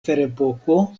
ferepoko